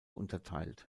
unterteilt